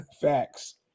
facts